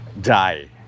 die